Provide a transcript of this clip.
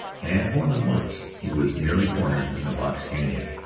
and more than once he was nearly cornered in a box-canon.